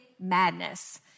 madness